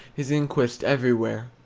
his inquest everywhere.